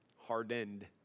hardened